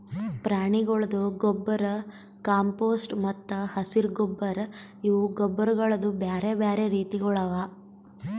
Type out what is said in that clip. ಪ್ರಾಣಿಗೊಳ್ದು ಗೊಬ್ಬರ್, ಕಾಂಪೋಸ್ಟ್ ಮತ್ತ ಹಸಿರು ಗೊಬ್ಬರ್ ಇವು ಗೊಬ್ಬರಗೊಳ್ದು ಬ್ಯಾರೆ ಬ್ಯಾರೆ ರೀತಿಗೊಳ್ ಅವಾ